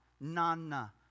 nana